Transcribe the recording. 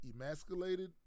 emasculated